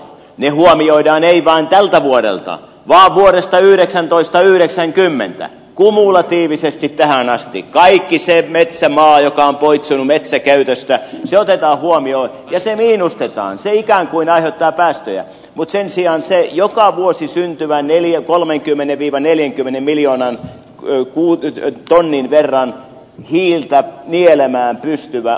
ne huomioidaan ei vain tältä vuodelta ja vuodesta yhdeksäntoista yhdeksänkymmentä kumulatiivisesti tähän asti kaikki se metsämaa joka ampui zilmer sen käytöstä ja otetaan huomioon ja se miinustetaanselkään kuin aihetta lähestyä mut sen sijaan se joka vuosi syntyvän neljä kolme kymmenen ville neljä kymmenen miljoonan loppuu tonnin verran hiiltä viljelemään pystyvä